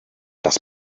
das